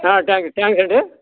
thank you thanks అండి